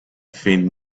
faint